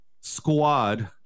squad